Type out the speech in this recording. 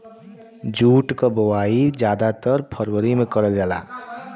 jute क बोवाई जादातर फरवरी में करल जाला